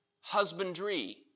husbandry